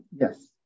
Yes